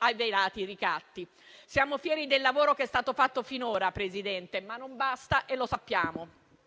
a velati ricatti. Siamo fieri del lavoro che è stato fatto finora, presidente Meloni, ma non basta e lo sappiamo.